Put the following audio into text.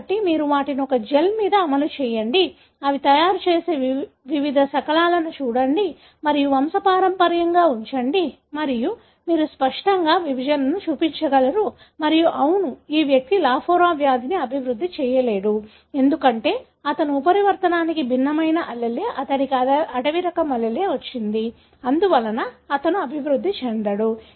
కాబట్టి మీరు వాటిని ఒక జెల్ మీద అమలు చేయండి అవి తయారు చేసే వివిధ శకలాలు చూడండి మరియు వంశపారంపర్యంగా ఉంచండి మరియు మీరు స్పష్టంగా విభజనను చూపించగలరు మరియు అవును ఈ వ్యక్తి లాఫోరా వ్యాధిని అభివృద్ధి చేయలేడు ఎందుకంటే అతను ఉత్పరివర్తనానికి భిన్నమైనది allele అతనికి అడవి రకం allele వచ్చింది అందువలన అతను అభివృద్ధి చెందడు